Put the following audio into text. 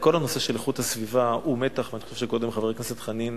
כל הנושא הזה של איכות הסביבה הוא מתח אני חושב שקודם חבר הכנסת חנין